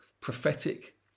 prophetic